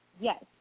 Yes